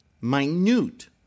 minute